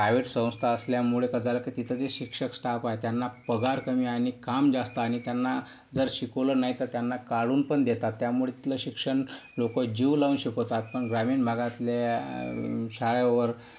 private संस्था असल्यामुळे कसं झालं की तिथं जे शिक्षक स्टाफ आहे त्यांना पगार कमी आहे आणि काम जास्त आहे आणि त्यांना जर शिकवलं नाही तर त्यांना काढून पण देतात त्यामुळे तिथलं शिक्षण लोक जीव लावून शिकवतात पण ग्रामीण भागातल्या शाळेवर